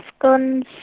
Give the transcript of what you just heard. guns